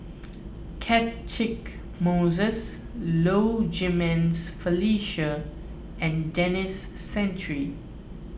Catchick Moses Low Jimenez Felicia and Denis Santry